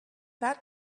that